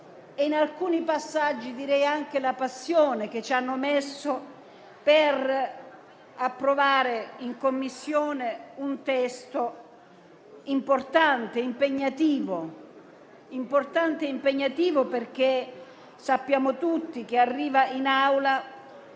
e, in alcuni passaggi, direi anche la passione che ci hanno messo per approvare in Commissione un testo importante e impegnativo. Sappiamo tutti, infatti, che arriva in Aula